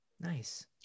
Nice